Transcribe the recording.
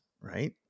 right